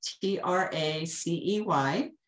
T-R-A-C-E-Y